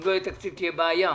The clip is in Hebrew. אם לא יהיה תקציב תהיה בעיה.